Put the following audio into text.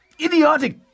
idiotic